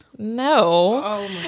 No